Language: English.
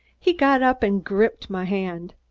he got up and gripped my hand.